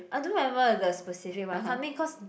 I don't remember the specific one cause